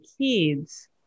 kids